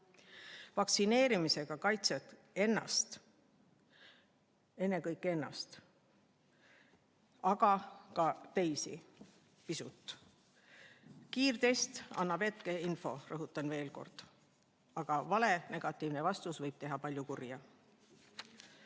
Vaktsineerimisega kaitsed ennast, ennekõike ennast, aga pisut ka teisi. Kiirtest annab hetkeinfo, rõhutan veel kord. Aga valenegatiivne vastus võib teha palju kurja.